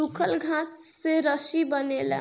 सूखल घास से रस्सी बनेला